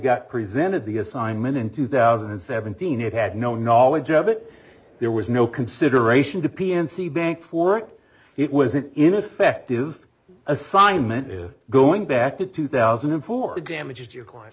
got presented the assignment in two thousand and seventeen it had no knowledge of it there was no consideration to p and c bank for it it was an ineffective assignment is going back to two thousand and four damages your client